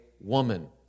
woman